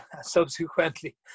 subsequently